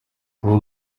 uwo